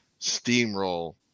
Steamroll